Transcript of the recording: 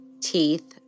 teeth